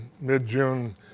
mid-June